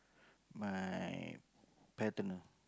my paternal